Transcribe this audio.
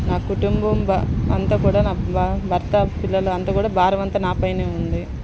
నా కుటుంబం అంతా కూడా నా భర్త పిల్లలు అంతా కూడా భారం అంతా నాపైనే ఉంది